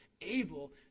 able